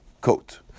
coat